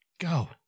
Go